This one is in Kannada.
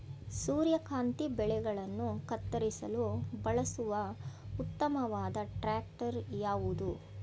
ಸೂರ್ಯಕಾಂತಿ ಬೆಳೆಗಳನ್ನು ಕತ್ತರಿಸಲು ಬಳಸುವ ಉತ್ತಮವಾದ ಟ್ರಾಕ್ಟರ್ ಯಾವುದು?